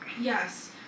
Yes